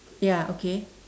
ya okay